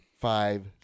five